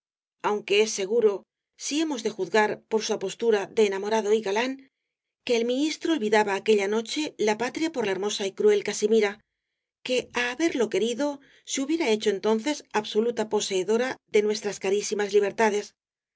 aunque es seguro si hemos de juzgar por su apostura de enamorado y galán que el ministro olvidaba aquella noche la patria por la hermosa y cruel casimira que á haberlo querido se hubiera hecho entonces absoluta poseedora de nuestras carísimas libertades